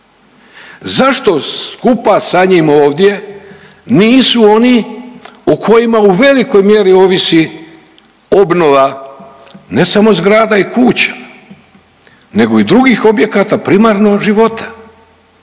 zašto skupa sa njim ovdje nisu oni o kojima u velikoj mjeri ovisi obnova ne samo zgrada i kuća nego i drugih objekata primarnog života.